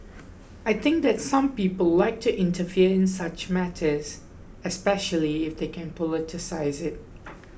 I think that some people like to interfere in such matters especially if they can politicise it